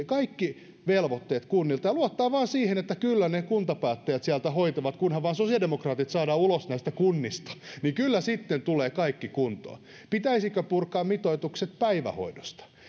kaikki velvoitteet kunnilta ja luottaa vain siihen että kyllä ne kuntapäättäjät siellä hoitavat kunhan vain sosiaalidemokraatit saadaan ulos näistä kunnista kyllä sitten tulee kaikki kuntoon pitäisikö purkaa mitoitukset päivähoidosta